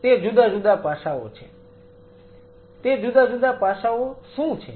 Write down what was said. તે જુદા જુદા પાસાઓ શું છે